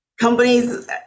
companies